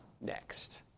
next